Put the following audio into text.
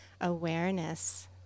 awareness